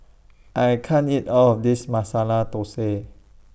I can't eat All of This Masala Thosai